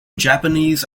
japanese